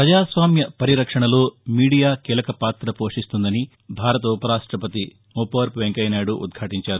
ప్రపజాస్వామ్య పరిరక్షణలో మీడియా కీలకపాత పోషిస్తుందని భారత ఉపరాష్టపతి ముప్పవరపు వెంకయ్యనాయుడు ఉదాలించారు